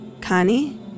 Connie